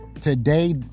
Today